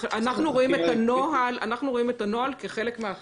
אנחנו רואים את הנוהל כחלק מההחלטה.